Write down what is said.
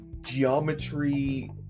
geometry